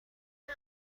اون